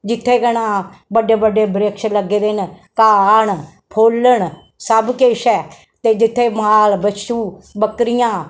जित्थै केह् नां बड्डे बड्डे वृक्ष लग्गे दे नं घा न फुल्ल न सब किश ऐ ते जित्थै माल बच्छू बकरियां